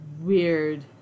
Weird